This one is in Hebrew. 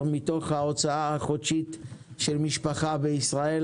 מתוך ההוצאה החודשית של משפחה בישראל.